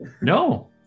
No